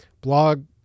blog